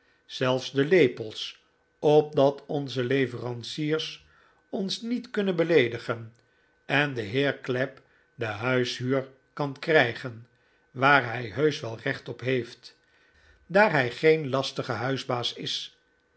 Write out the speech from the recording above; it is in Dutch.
zelfs de lepels opdat onze leveranciers ons niet kunnen beleedigen en de heer clapp de huishuur kan krijgen waar hij heusch wel recht op heeft daar hij geen lastige huisbaas is